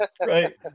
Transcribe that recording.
Right